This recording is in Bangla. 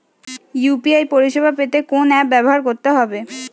ইউ.পি.আই পরিসেবা পেতে কোন অ্যাপ ব্যবহার করতে হবে?